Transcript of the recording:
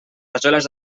rajoles